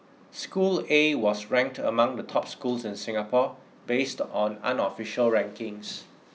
school A was ranked among the top schools in Singapore based on unofficial rankings